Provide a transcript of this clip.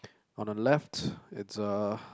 on the left it's a